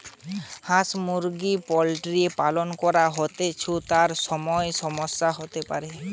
হাঁস মুরগি পোল্ট্রির পালন করা হৈতেছু, তার সময় সমস্যা হতে পারে